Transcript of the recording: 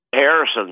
Harrison